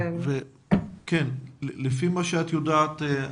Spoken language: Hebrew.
לפי מה שאת יודעת,